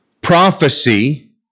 Prophecy